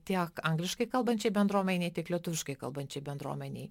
tiek angliškai kalbančiai bendruomenei tiek lietuviškai kalbančiai bendruomenei